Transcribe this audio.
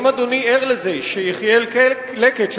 האם אדוני ער לזה שיחיאל לקט,